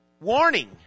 Warning